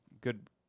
good